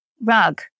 rug